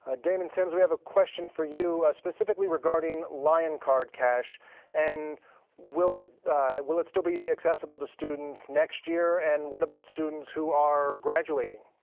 ah damon sims, we have a question for you specifically regarding lion card cash and will it will it still be accessible to students next year? and what about students who are graduating?